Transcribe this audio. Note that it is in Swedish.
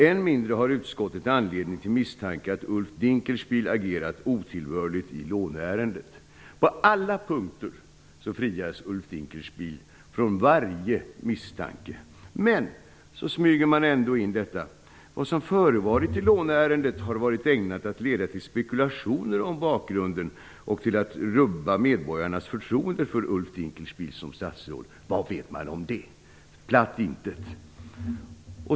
Än mindre har utskottet anledning att misstänka att Ulf Dinkespiel agerat otillbörligt i låneärendet. På alla punkter frias Ulf Dinkelspiel från varje misstanke. Men man smyger ändå in följande: Vad som förevarit i låneärendet har varit ägnat att leda till spekulationer om bakgrunden och till att rubba medborgarnas förtroende för Ulf Dinkelspiel som statsråd. Vad vet man om det? Platt intet.